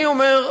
אני אומר,